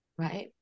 Right